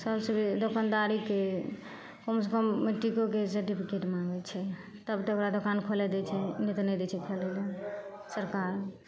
सबसे जे दोकनदारीके कम से कम नहि किछु तऽ सर्टिफिकेट माँङै छै तब तऽ ओकरा दोकान खोलए दै छै नहि तऽ नहि दै छै खोलै लए सरकार